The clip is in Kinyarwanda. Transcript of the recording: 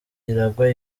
iragwa